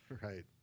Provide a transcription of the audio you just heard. Right